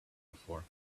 before